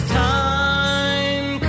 time